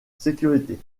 sécurité